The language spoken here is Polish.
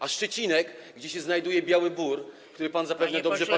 A Szczecinek, gdzie się znajduje Biały Bór, który pan zapewne dobrze pamięta.